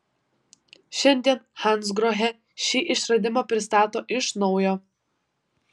šiandien hansgrohe šį išradimą pristato iš naujo